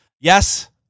yes